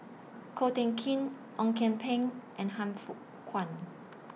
Ko Teck Kin Ong Kian Peng and Han Fook Kwang